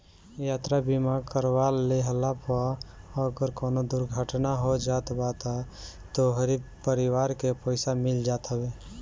यात्रा बीमा करवा लेहला पअ अगर कवनो दुर्घटना हो जात बा तअ तोहरी परिवार के पईसा मिल जात हवे